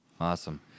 Awesome